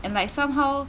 and like somehow